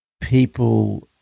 people